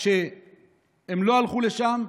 כשהם לא הלכו לשם,